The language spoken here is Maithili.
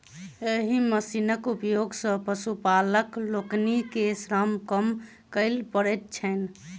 एहि मशीनक उपयोग सॅ पशुपालक लोकनि के श्रम कम करय पड़ैत छैन